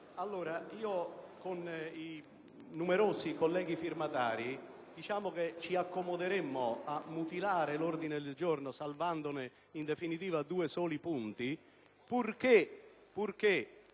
Presidente, con i numerosi colleghi firmatari ci accomoderemmo a mutilare l'ordine del giorno salvandone, in definitiva, due soli punti purché,